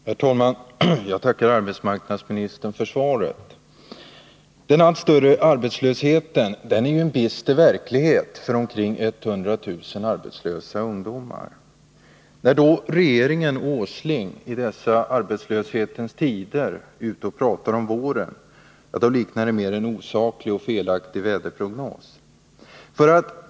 Herr talman! Jag tackar arbetsmarknadsministern för svaret. Den allt större arbetslösheten är en bister verklighet för omkring 100 000 arbetslösa ungdomar. När nu regeringen och Nils Åsling i dessa arbetslöshetens tider pratar om våren, då liknar det mer en osaklig och felaktig väderprognos.